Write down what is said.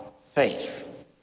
faith